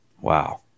Wow